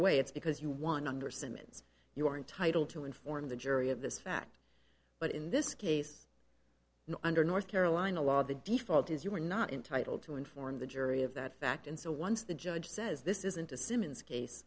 way it's because you want under simmons you are entitled to inform the jury of this fact but in this case you know under north carolina law the default is you're not entitle to inform the jury of that fact and so once the judge says this isn't a simmons case